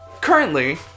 currently